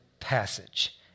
passage